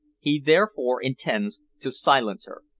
he therefore intends to silence her.